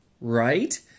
right